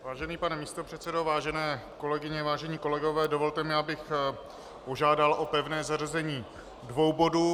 Vážený pane místopředsedo, vážené kolegyně, vážení kolegové, dovolte mi, abych požádal o pevné zařazení dvou bodů.